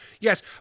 yes